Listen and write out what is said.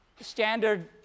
standard